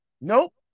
Nope